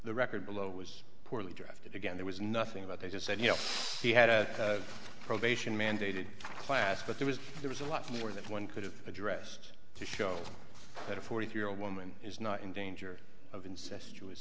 the record below was poorly drafted again there was nothing about they just said you know he had a probation mandated class but there was there was a lot more that one could have addressed to show that a forty two year old woman is not in danger of